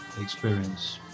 experience